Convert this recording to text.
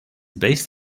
based